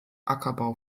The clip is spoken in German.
ackerbau